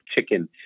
chicken